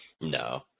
No